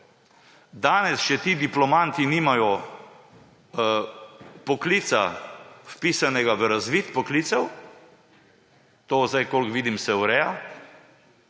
danes ti diplomanti nimajo poklica vpisanega v razvid poklicev, to se zdaj, kolikor vidim, ureja,